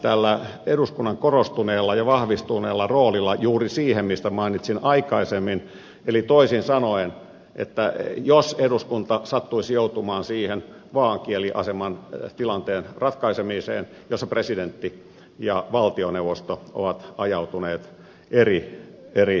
tällä eduskunnan korostuneella ja vahvistuneella roolilla viitataan juuri siihen mistä mainitsin aikaisemmin eli toisin sanoen siihen jos eduskunta sattuisi joutumaan siihen vaaankielitilanteen ratkaisemiseen jossa presidentti ja valtioneuvosto ovat ajautuneet eri linjoille